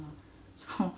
so